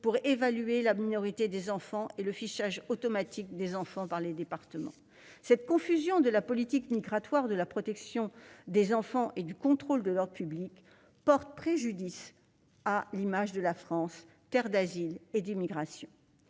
pour évaluer la minorité des enfants et le fichage automatique des enfants par les départements. Cette confusion entre politique migratoire, protection des enfants et contrôle de l'ordre public porte préjudice à l'image de la France, terre d'asile et d'immigration.